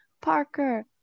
Parker